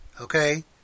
okay